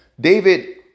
David